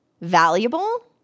valuable